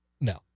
No